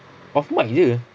off mic jer